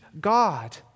God